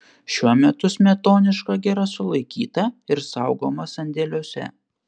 šiuo metu smetoniška gira sulaikyta ir saugoma sandėliuose